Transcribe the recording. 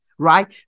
right